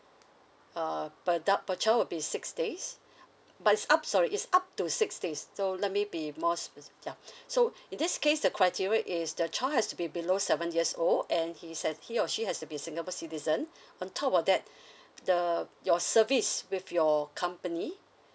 uh per adult per child would be six days but it's up sorry it's up to six days so let me be more speci~ ya so in this case the criteria is the child has to be below seven years old and he's at he or she has to be singapore citizen on top of that the your service with your company